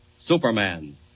Superman